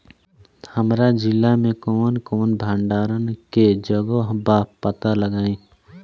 हमरा जिला मे कवन कवन भंडारन के जगहबा पता बताईं?